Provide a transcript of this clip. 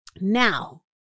Now